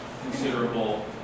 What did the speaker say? considerable